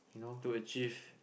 to achieve